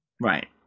Right